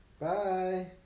Bye